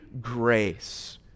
grace